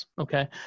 Okay